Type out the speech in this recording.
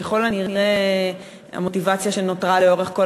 ככל הנראה המוטיבציה שנותרה לאורך כל